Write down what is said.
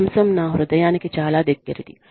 ఈ అంశం నా హృదయానికి చాలా దగ్గరిది